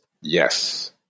Yes